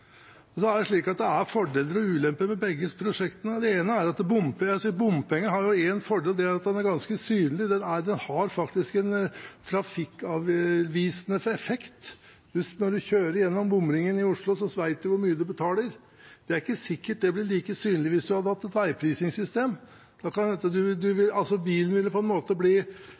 Det er fordeler og ulemper ved begge prosjektene. Bompenger har en fordel, og det er at det er ganske synlig. Det har faktisk en trafikkavvisende effekt. Når man kjører gjennom bomringen i Oslo, vet man hvor mye man betaler. Det er ikke sikkert det blir like synlig hvis man hadde hatt et veiprisingssystem. Pengene ville antakelig komme inn i statskassen, og så skulle det fordeles ut på